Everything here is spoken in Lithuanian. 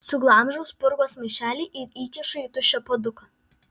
suglamžau spurgos maišelį ir įkišu į tuščią puoduką